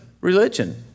religion